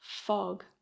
fog